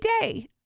day